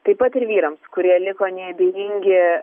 taip pat ir vyrams kurie liko neabejingi